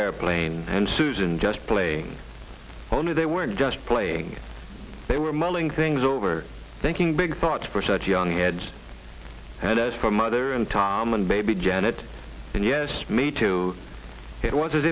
airplane and susan just playing on it they were just playing they were mulling things over thinking big thoughts for such young lads and as for mother and tom and baby janet and yes me too it was